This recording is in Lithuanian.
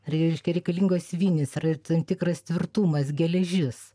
rei reiškia reikalingos vinys yra ir tam tikras tvirtumas geležis